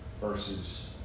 Versus